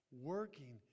Working